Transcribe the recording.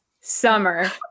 Summer